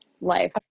Life